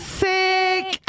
sick